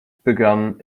begann